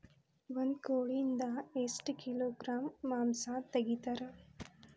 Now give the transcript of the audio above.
ಒಂದು ಕೋಳಿಯಿಂದ ಎಷ್ಟು ಕಿಲೋಗ್ರಾಂ ಮಾಂಸ ತೆಗಿತಾರ?